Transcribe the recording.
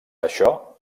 això